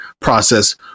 process